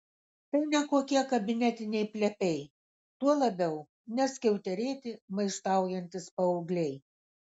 tai ne kokie kabinetiniai plepiai tuo labiau ne skiauterėti maištaujantys paaugliai